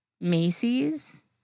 Macy's